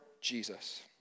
Jesus